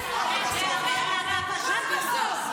בסוף.